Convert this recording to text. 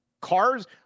Cars